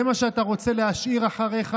זה מה שאתה רוצה להשאיר אחריך,